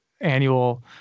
annual